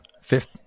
fifth